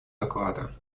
доклада